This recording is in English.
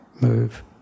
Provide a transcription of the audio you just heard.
Move